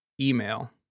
Email